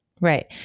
Right